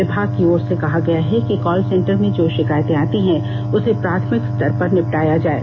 विभाग की ओर से कहा गया है कि कॉल सेंटर में जो कायतें आती हैं उसे प्राथमिक स्तर पर निपटाय जाये